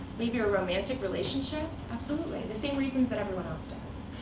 maybe a romantic relationship, absolutely the same reasons that everyone else does.